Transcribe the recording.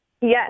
Yes